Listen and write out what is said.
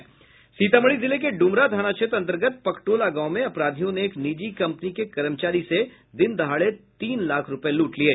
सीतामढ़ी जिले के ड्मरा थाना क्षेत्र अंतर्गत पकटोला गांव में अपराधियों ने एक निजी कंपनी के कर्मचारी से दिन दहाड़े तीन लाख रुपये लूट लिये